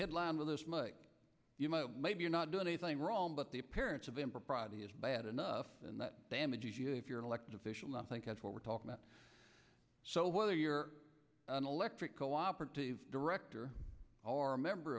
headline will this make you might maybe you're not doing anything wrong but the appearance of impropriety is bad enough and that damages you if you're an elected official now think that's what we're talking about so whether you're an electric cooperatives director are a member